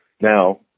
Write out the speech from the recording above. Now